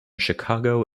chicago